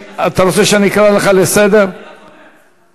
לא מכובד לעמוד פה, את ראש ממשלה.